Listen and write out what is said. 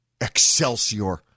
Excelsior